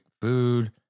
food